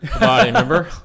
Remember